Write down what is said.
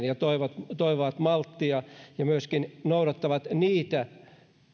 ja toivovat malttia ja myöskin noudattavat niitä